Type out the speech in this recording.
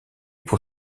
pour